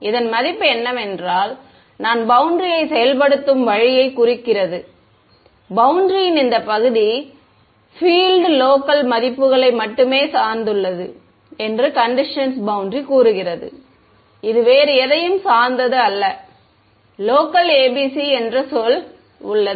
இதன் மதிப்பு என்னவென்றால் நான் பௌண்டரியை செயல்படுத்தும் வழியைக் குறிக்கிறது பௌண்டரியின் இந்த பகுதி ஃ பில்ட் லோக்கல் மதிப்புகளை மட்டுமே சார்ந்துள்ளது என்று கண்டிஷன்ஸ் கூறுகிறது அது வேறு எதையும் சார்ந்து இல்லை லோக்கல் ABC என்ற சொல் உள்ளது